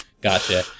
Gotcha